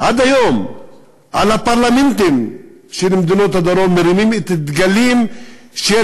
עד היום מדינות הדרום מרימות בפרלמנטים שלהן דגלים של